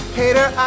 hater